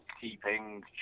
keeping